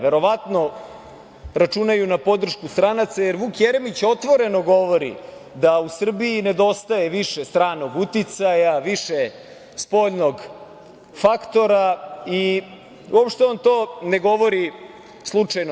Verovatno računaju na podršku stranaca, jer Vuk Jeremić otvoreno govori da u Srbiji nedostaje više stranog uticaja, više spoljnog faktora i uopšte on to ne govori slučajno.